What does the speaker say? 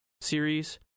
series